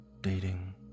dating